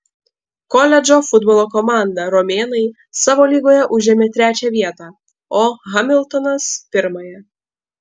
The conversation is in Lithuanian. koledžo futbolo komanda romėnai savo lygoje užėmė trečią vietą o hamiltonas pirmąją